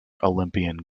olympian